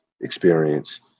experience